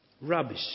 Rubbish